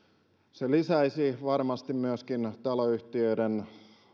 se lisäisi varmasti myöskin tällaista taloyhtiöiden